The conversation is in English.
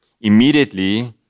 Immediately